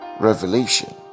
revelation